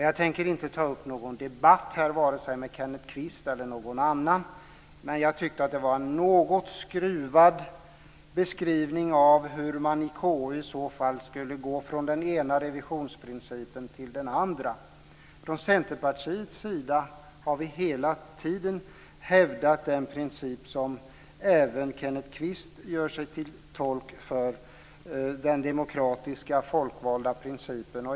Jag tänker inte ta upp någon debatt vare sig med Kenneth Kvist eller någon annan, men jag tyckte att det var en något skruvad beskrivning av hur man i KU i så fall skulle gå från den ena revisionsprincipen till den andra. Från Centerpartiets sida har vi hela tiden hävdat den princip som även Kenneth Kvist gör sig till tolk för - principen om demokrati och folkval.